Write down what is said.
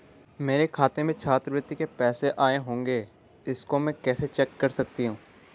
मेरे खाते में छात्रवृत्ति के पैसे आए होंगे इसको मैं कैसे चेक कर सकती हूँ?